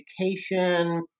education